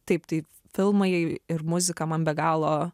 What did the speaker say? taip tai filmai ir muzika man be galo